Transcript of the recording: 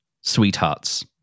sweethearts